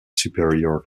superior